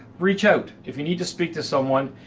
reach out. if you need to speak to someone,